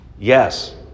Yes